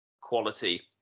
quality